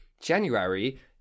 January